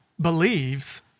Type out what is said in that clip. believes